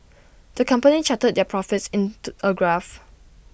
the company charted their profits in to A graph